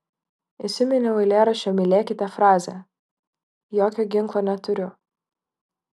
įsiminiau eilėraščio mylėkite frazę jokio ginklo neturiu